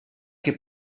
che